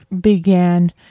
began